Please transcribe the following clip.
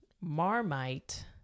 Marmite